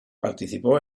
participó